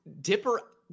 Dipper